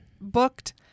booked